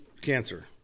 cancer